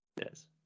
Yes